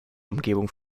umgebung